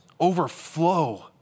overflow